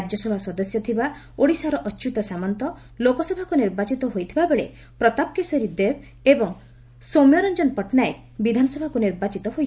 ରାଜ୍ୟସଭା ସଦସ୍ୟ ଥିବା ଓଡ଼ିଶାର ଅଚ୍ୟୁତ ସାମନ୍ତ ଲୋକସଭାକୁ ନିର୍ବାଚିତ ହୋଇଥିବାବେଳେ ପ୍ରତାପ କେଶରୀ ଦେବ ଓ ସୌମ୍ୟରଞ୍ଜନ ପଟ୍ଟନାୟକ ବିଧାନସଭାକୁ ନିର୍ବାଚିତ ହୋଇଛନ୍ତି